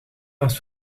was